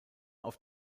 auf